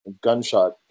gunshot